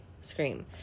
scream